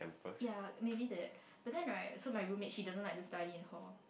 ya maybe that but then right so my roommate she doesn't like to study in hall